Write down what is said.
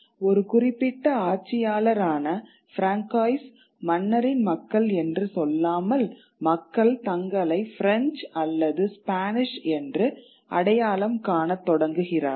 ஒரு குறிப்பிட்ட ஆட்சியாளரான பிரான்காய்ஸ் மன்னரின் மக்கள் என்று சொல்லாமல் மக்கள் தங்களை பிரெஞ்சு அல்லது ஸ்பானிஷ் என்று அடையாளம் காணத் தொடங்குகிறார்கள்